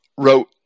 wrote